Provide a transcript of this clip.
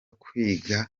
kwiga